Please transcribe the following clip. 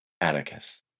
Atticus